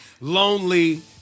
lonely